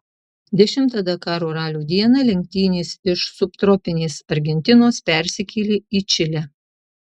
dešimtą dakaro ralio dieną lenktynės iš subtropinės argentinos persikėlė į čilę